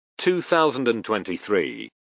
2023